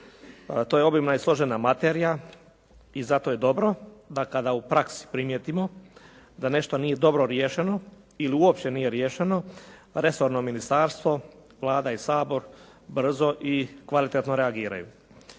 To je obilna i složena materija i zato je dobro da kada u praksi primijetimo da nešto nije dobro riješeno ili uopće nije riješeno, resorno ministarstvo, Vlada i Sabor, brzo i kvalitetno reagiraju.